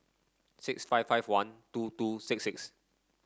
six five five one two two six six